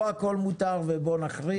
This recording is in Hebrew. לא הכול מותר ובואו נחריג,